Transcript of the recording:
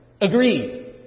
agreed